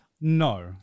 No